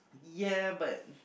ya but